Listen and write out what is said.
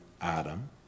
Adam